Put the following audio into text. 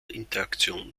interaktion